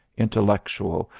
intellectual,